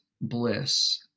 bliss